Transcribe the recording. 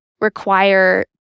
require